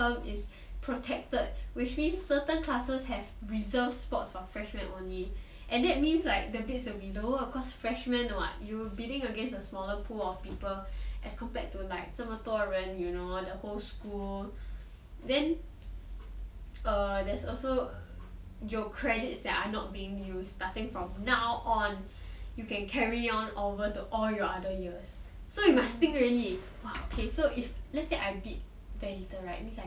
is protected which means certain classes have reserves spots for freshmen only and that means like the bids will be low of course freshmen [what] you bidding against a smaller pool of people as compared to like 这么多人 you know the whole school then err there's also for your credits that are not being used starting from now on you can carry on over to all your other years so you must think already okay so if let's say I bid very little right means I can